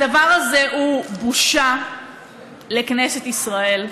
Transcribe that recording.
הדבר הזה הוא בושה לכנסת ישראל.